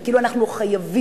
זה כאילו אנחנו חייבים.